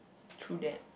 through that